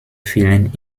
fielen